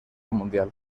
mundial